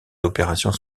opérations